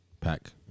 Pack